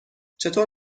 چطور